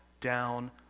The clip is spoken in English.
down